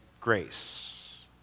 grace